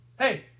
Hey